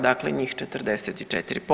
Dakle, njih 44%